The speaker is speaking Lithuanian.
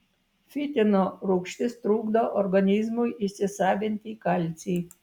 fitino rūgštis trukdo organizmui įsisavinti kalcį